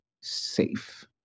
safe